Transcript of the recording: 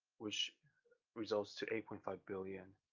which results to eight point five billion